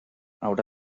haurà